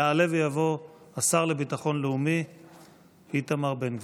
יעלה ויבוא השר לביטחון לאומי איתמר בן גביר.